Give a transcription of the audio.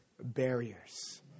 barriers